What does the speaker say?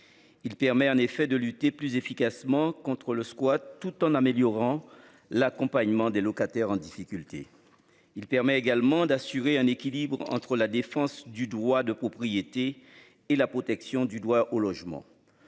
Il permet en effet de lutter plus efficacement contre le squat tout en améliorant l'accompagnement des locataires en difficulté. Il permet également d'assurer un équilibre entre la défense du droit de propriété et la protection du doigt au logement.